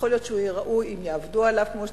יכול להיות שהוא יהיה ראוי אם יעבדו עליו כמו שצריך.